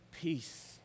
Peace